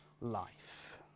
life